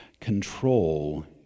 Control